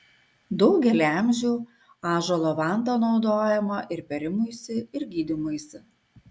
daugelį amžių ąžuolo vanta naudojama ir pėrimuisi ir gydymuisi